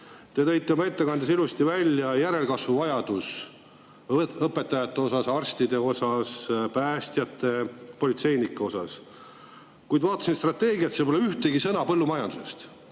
Te tõite oma ettekandes ilusti välja järelkasvu vajaduse õpetajate osas, arstide osas, päästjate-politseinike osas. Kuid ma vaatasin strateegiat, seal pole ühtegi sõna põllumajandusest,